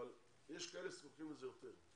אבל יש כאלה שזקוקים לזה יותר.